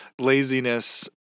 laziness